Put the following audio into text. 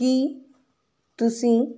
ਕੀ ਤੁਸੀਂਂ